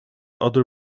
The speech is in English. other